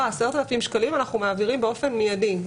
לא, את ה-10,000 שקלים אנחנו מעבירים באופן מידי.